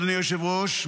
אדוני היושב-ראש,